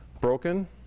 broken